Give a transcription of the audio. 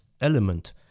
element